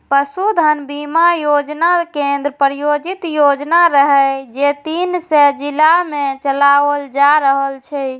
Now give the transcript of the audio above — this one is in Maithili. पशुधन बीमा योजना केंद्र प्रायोजित योजना रहै, जे तीन सय जिला मे चलाओल जा रहल छै